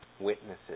witnesses